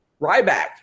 Ryback